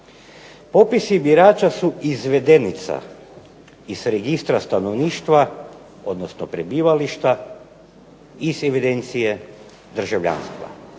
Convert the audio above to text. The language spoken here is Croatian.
Popisi birača su izvedenica iz registra stanovništva, odnosno prebivališta iz evidencije državljanstva.